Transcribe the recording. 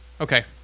okay